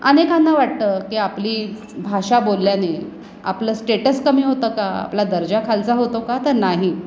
अनेकांना वाटतं की आपली भाषा बोलल्याने आपलं स्टेटस कमी होतं का आपला दर्जा खालचा होतो का तर नाही